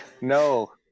no